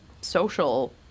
social